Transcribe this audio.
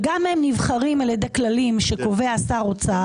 גם הם נבחרים על ידי כללים שקובע שר האוצר.